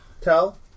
Tell